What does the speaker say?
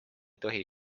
tohi